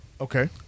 Okay